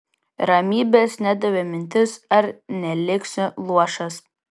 ramybės nedavė mintis ar neliksiu luošas